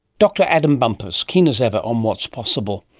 dr adam bumpus, keen as ever on what's possible.